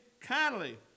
kindly